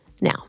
Now